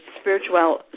spiritual